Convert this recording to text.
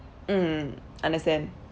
mm understand